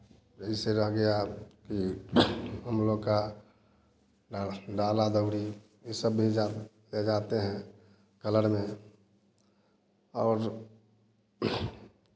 ऐसे रह गया कि हम लोग का डाला दौड़ी यह सब भेजते हैं कलर में और